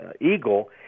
eagle